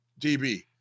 DB